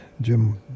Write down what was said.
Jim